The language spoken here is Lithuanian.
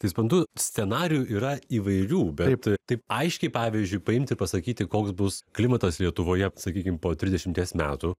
tai suprantu scenarijų yra įvairių bet taip aiškiai pavyzdžiui paimti pasakyti koks bus klimatas lietuvoje sakykim po trisdešimties metų